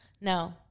no